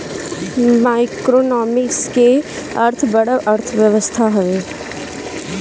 macroeconomics के अर्थ बड़ अर्थव्यवस्था हवे